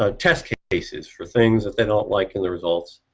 ah test basis for things they don't like and the results,